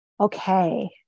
okay